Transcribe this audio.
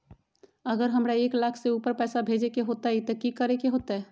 अगर हमरा एक लाख से ऊपर पैसा भेजे के होतई त की करेके होतय?